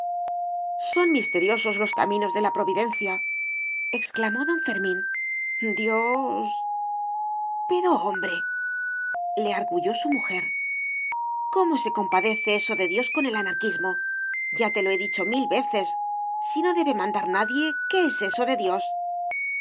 son misteriosos los caminos de la providencia exclamó don fermín dios pero hombrele arguyó su mujer cómo se compadece eso de dios con el anarquismo ya te lo he dicho mil veces si no debe mandar nadie qué es eso de dios